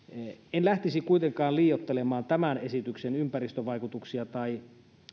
en lähtisi kuitenkaan liioittelemaan tämän esityksen ympäristövaikutuksia tai